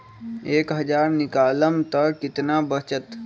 एक हज़ार निकालम त कितना वचत?